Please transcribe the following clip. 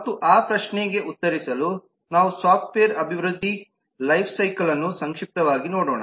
ಮತ್ತು ಆ ಪ್ರಶ್ನೆಗೆ ಉತ್ತರಿಸಲು ನಾವು ಸಾಫ್ಟ್ವೇರ್ ಅಭಿವೃದ್ಧಿ ಲೈಫ್ಸೈಕಲ್ ನ್ನು ಸಂಕ್ಷಿಪ್ತವಾಗಿ ನೋಡೋಣ